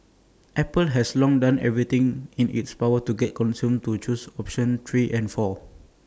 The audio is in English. apple has long done everything in its power to get consumers to choose options three and four